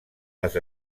les